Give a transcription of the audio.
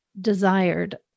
Desired